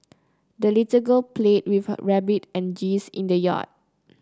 the little girl played with her rabbit and geese in the yard